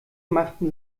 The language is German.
machten